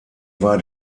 war